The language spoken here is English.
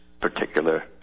particular